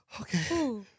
Okay